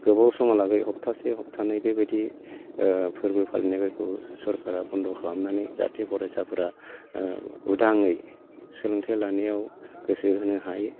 गोबाव समालागै हफ्थासे हफ्थानै बेबायदि फोरबो फालिनायफोरखौ सरखारा बन्द खालामनानै जाहाथे फरायसाफोरा उदाङै सोलोंथाइ लानायाव गोसो होनो हायो